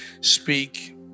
speak